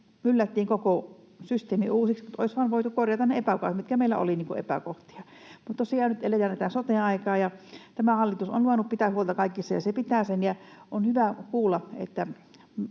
myllättiin koko systeemi uusiksi. Olisi vain voitu korjata ne epäkohdat, mitkä meillä oli epäkohtia. Mutta tosiaan nyt eletään tätä sote-aikaa ja tämä hallitus on luvannut pitää huolta kaikista, ja pitää sen. On hyvä kuulla, että